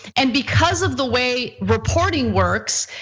and because of the way reporting works,